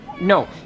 No